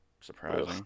surprising